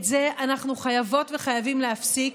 את זה אנחנו חייבות וחייבים להפסיק,